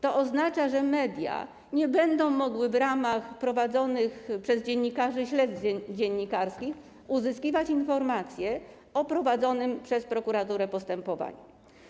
To oznacza, że media nie będą mogły w ramach prowadzonych przez dziennikarzy śledztw dziennikarskich uzyskiwać informacji o prowadzonym przez prokuraturę postępowaniu.